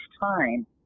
time